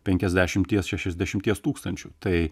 penkiasdešimties šešiasdešimties tūkstančių tai